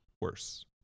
worse